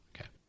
Okay